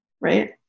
right